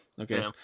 okay